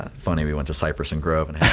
funny we went to cypress and grove and and